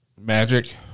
magic